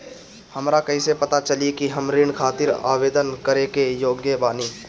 हमरा कईसे पता चली कि हम ऋण खातिर आवेदन करे के योग्य बानी?